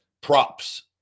props